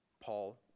paul